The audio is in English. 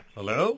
Hello